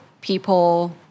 people